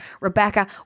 Rebecca